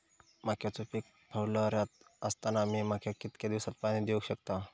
मक्याचो पीक फुलोऱ्यात असताना मी मक्याक कितक्या दिवसात पाणी देऊक शकताव?